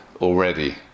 already